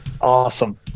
Awesome